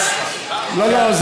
לא, לא.